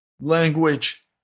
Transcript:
language